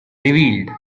revealed